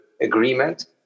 agreement